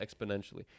exponentially